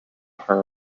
her